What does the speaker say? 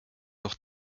doch